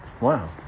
Wow